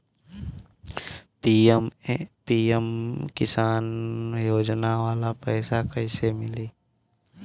PM Kisan योजना वाला पैसा कईसे मिली?